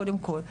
קודם כל.